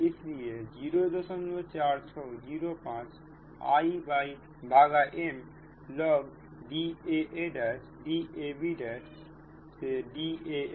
इसलिए 04605 Im log DaaDabDam